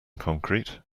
concrete